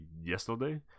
yesterday